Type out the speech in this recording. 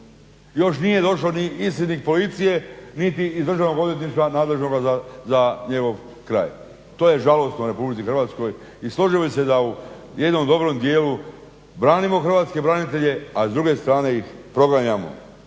Još nije došao ni isljednjik policije niti iz Državno odvjetništva nadležnoga za njegov kraj. To je žalosno u RH. I složio bih se u jednom dobrom dijelu branimo hrvatske branitelje a s druge strane ih proganjamo.